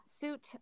suit